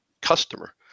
customer